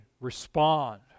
respond